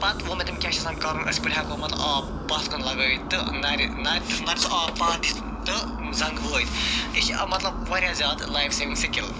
پتہٕ ووٚن مےٚ تٔمۍ کیٛاہ چھُ آسان کَرُن أسۍ کِتھ پٲٹھۍ ہٮ۪کو مَطلَب آب پتھ کُن لَگٲیِتھ تہٕ نَرِ نَرِ نَرِ سُہ آب پتھ دِتھ تہٕ زَنٛگہٕ وٲیِتھ یہِ چھُ مَطلَب واریاہ زیاد لایف سیوِنٛگ سکل